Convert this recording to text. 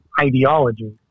ideology